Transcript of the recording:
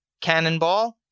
cannonball